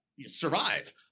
survive